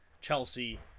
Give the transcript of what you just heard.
chelsea